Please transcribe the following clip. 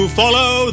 follow